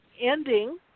ending